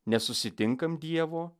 nesusitinkam dievo